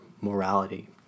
morality